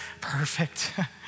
perfect